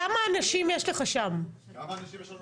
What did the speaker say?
כאן